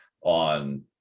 on